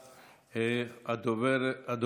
אדוני.